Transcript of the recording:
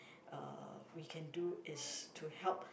uh we can do is to help